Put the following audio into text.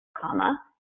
comma